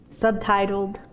subtitled